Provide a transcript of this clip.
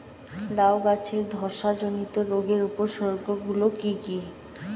লাউ গাছের ধসা জনিত রোগের উপসর্গ গুলো কি কি?